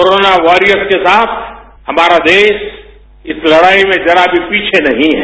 corona warriors के साथ हमारा देश इस लड़ाई में जरा भी पीछे नहीं है